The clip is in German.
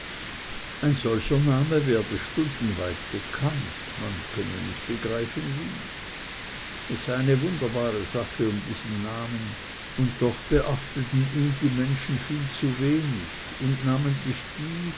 ein solcher name werde stundenweit bekannt man könne nicht begreifen wie es sei eine wunderbare sache um diesen namen und doch betrachteten ihn die menschen viel zu wenig und namentlich die